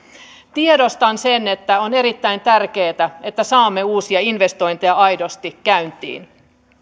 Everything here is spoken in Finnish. tiedostan sen että on erittäin tärkeätä että saamme uusia investointeja aidosti käyntiin